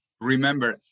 Remember